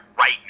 Right